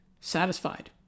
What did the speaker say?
satisfied